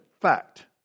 fact